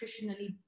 nutritionally